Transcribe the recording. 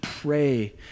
pray